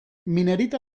minerita